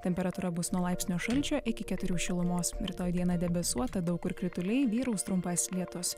temperatūra bus nuo laipsnio šalčio iki keturių šilumos rytoj dieną debesuota daug kur krituliai vyraus trumpas lietus